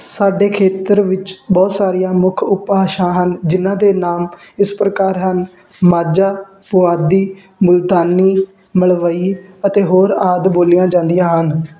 ਸਾਡੇ ਖੇਤਰ ਵਿੱਚ ਬਹੁਤ ਸਾਰੀਆਂ ਮੁੱਖ ਉਪਭਾਸ਼ਾ ਹਨ ਜਿਨ੍ਹਾਂ ਦੇ ਨਾਮ ਇਸ ਪ੍ਰਕਾਰ ਹਨ ਮਾਝਾ ਪੁਆਧੀ ਮੁਲਤਾਨੀ ਮਲਵਈ ਅਤੇ ਹੋਰ ਆਦਿ ਬੋਲੀਆਂ ਜਾਂਦੀਆਂ ਹਨ